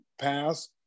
pass